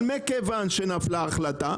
אבל מכיוון שנפלה החלטה,